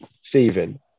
Stephen